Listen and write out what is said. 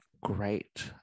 great